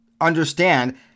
understand